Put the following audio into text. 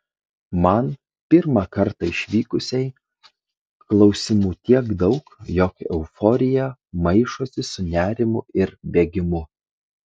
man pirmą kartą išvykusiai klausimų tiek daug jog euforija maišosi su nerimu ir bėgimu